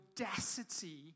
audacity